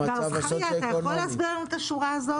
זכריה, אתה יכול להסביר לנו את השורה הזו?